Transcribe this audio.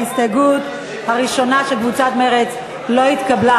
ההסתייגות הראשונה של קבוצת מרצ לא התקבלה.